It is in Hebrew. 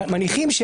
שמניחים,